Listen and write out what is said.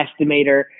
estimator